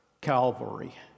Calvary